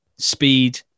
speed